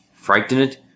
Frightened